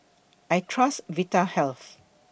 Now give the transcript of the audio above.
I Trust Vitahealth